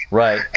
right